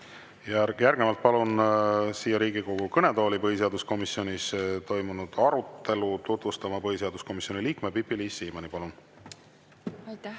Järgnevalt palun siia Riigikogu kõnetooli põhiseaduskomisjonis toimunud arutelu tutvustama põhiseaduskomisjoni liikme Pipi-Liis Siemanni. Palun! Aitäh!